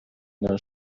there